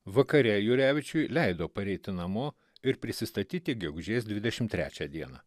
vakare jurevičiui leido pareiti namo ir prisistatyti gegužės dvidešim trečią dieną